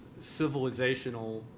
civilizational